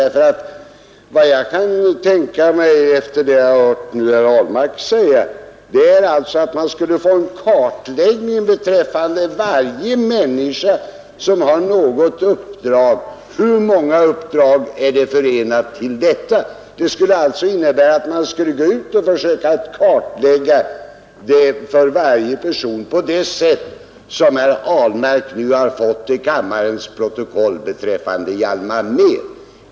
Herr Ahlmark tänker sig alltså att det beträffande varje människa som har något uppdrag skulle göras en kartläggning av det slag som herr Ahlmark har anfört till kammarens protokoll i fråga om Hjalmar Mehr.